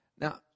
Now